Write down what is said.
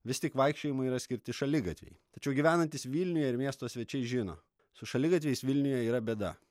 vis tik vaikščiojimui yra skirti šaligatviai tačiau gyvenantys vilniuje ir miesto svečiai žino su šaligatviais vilniuje yra bėda